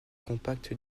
compacts